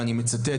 ואני מצטט,